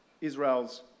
Israel's